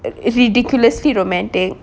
ridiculously romantic